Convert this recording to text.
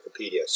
Wikipedia